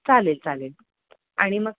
चालेल चालेल आणि मग